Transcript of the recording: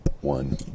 One